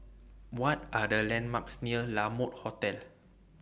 What Are The landmarks near La Mode Hotel